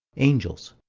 angels.